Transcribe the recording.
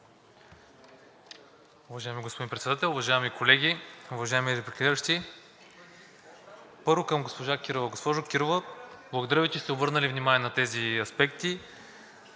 благодаря Ви, че сте обърнали внимание на тези аспекти,